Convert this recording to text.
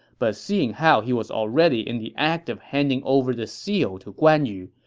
but seeing how he was already in the act of handing over the seal to guan yu,